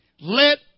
let